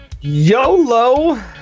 YOLO